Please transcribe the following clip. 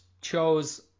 chose